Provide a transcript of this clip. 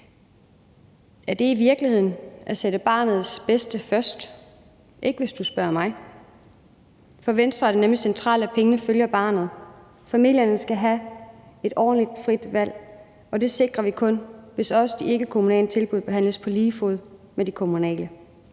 Er det i virkeligheden at sætte barnets bedste først? Det er det ikke, hvis du spørger mig. For Venstre er det nemlig centralt, at pengene følger barnet. Familierne skal have et reelt frit valg, og det sikrer vi kun, hvis de ikkekommunale tilbud behandles på lige fod med de kommunale